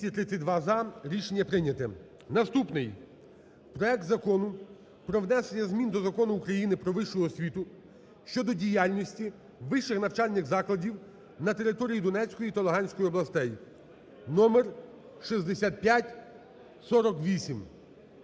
Наступний – проект Закону про внесення змін до Закону України "Про вищу освіту" щодо діяльності вищих навчальних закладів на території Донецької та Луганської областей (№ 6548).